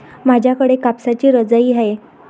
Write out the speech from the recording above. माझ्याकडे कापसाची रजाई आहे